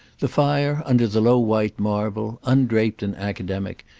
the fire, under the low white marble, undraped and academic,